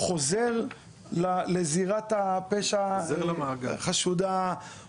הוא חוזר לזירת הפשע החשודה?